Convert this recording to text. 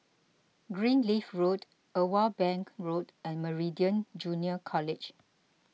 Greenleaf Road Irwell Bank Road and Meridian Junior College